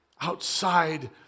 outside